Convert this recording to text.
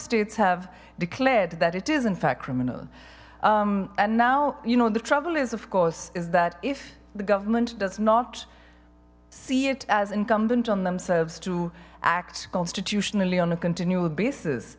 states have declared that it is in fact criminal and now you know the trouble is of course is that if the government does not see it as incumbent on themselves to act constitutionally on a continual basis